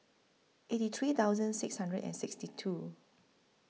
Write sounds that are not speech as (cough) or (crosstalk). eighty three thousand six hundred and (noise) sixty two